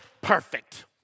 perfect